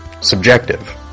subjective